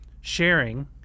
sharing